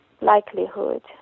likelihood